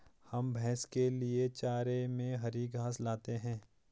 हम भैंस के लिए चारे में हरी घास लाते हैं